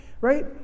right